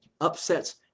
upsets